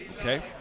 Okay